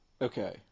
Okay